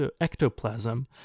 ectoplasm